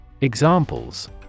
Examples